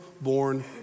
born